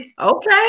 Okay